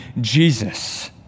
Jesus